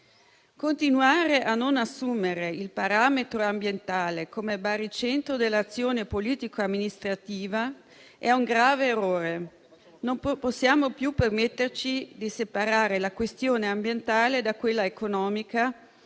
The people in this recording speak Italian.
Continuare a non assumere il parametro ambientale come baricentro dell'azione politico-amministrativa è un grave errore, non possiamo più permetterci di separare la questione ambientale da quella economica